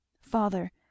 Father